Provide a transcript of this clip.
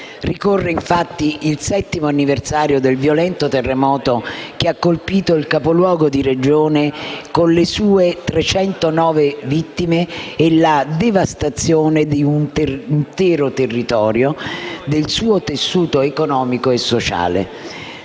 Ricorre infatti il 7° anniversario del violento terremoto che ha colpito il capoluogo di Regione, con le sue 309 vittime e la devastazione di un intero territorio e del suo tessuto economico e sociale.